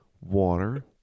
water